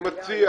אני מציע